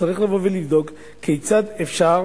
צריך לבדוק כיצד אפשר